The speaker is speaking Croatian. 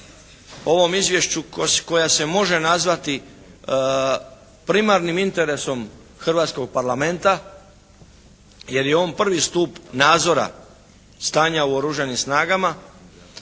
ovom izvješću koja se može nazvati primarnim interesom hrvatskog Parlamenta, jer je on prvi stup nadzora stanja u Oružanim snagama